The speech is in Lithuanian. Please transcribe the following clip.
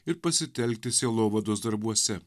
ir pasitelkti sielovados darbuose